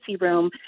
room